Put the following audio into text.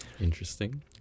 interesting